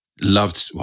loved